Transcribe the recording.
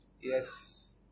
Yes